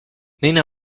nina